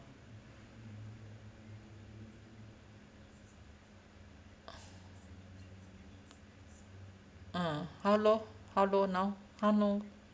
ah how low how low now how low